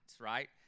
right